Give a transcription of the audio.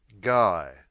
Guy